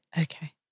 Okay